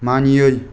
मानियै